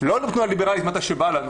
לא תנועה ליברלית מתי שבא לנו.